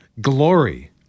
glory